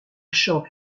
chante